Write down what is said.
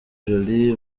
jolis